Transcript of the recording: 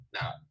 Now